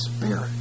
spirit